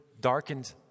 darkened